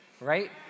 right